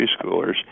preschoolers